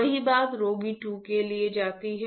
वही बात रोगी 2 के लिए जाती है